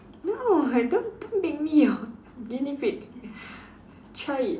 no don't don't make me your guinea pig try it